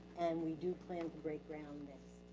and we do plan to break ground next